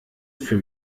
für